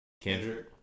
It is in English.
Kendrick